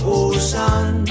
ocean